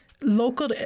local